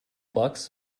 bugs